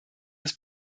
des